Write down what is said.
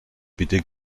bitte